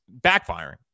backfiring